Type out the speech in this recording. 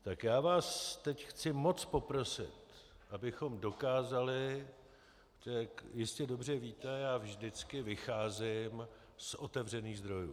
Tak já vás teď chci moc poprosit, abychom dokázali jistě dobře víte, že vždycky vycházím z otevřených zdrojů.